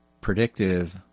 predictive